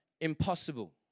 Impossible